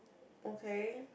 okay